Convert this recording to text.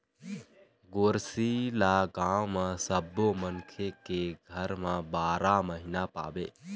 गोरसी ल गाँव म सब्बो मनखे के घर म बारा महिना पाबे